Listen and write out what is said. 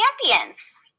champions